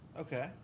okay